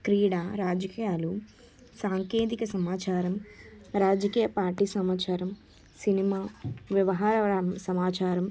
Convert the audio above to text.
క్రీడా రాజకీయాలు సాంకేతిక సమాచారం రాజకీయ పార్టీ సామాచారం సినిమా వ్యవహరం సమాచారం